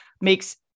makes